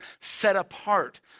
set-apart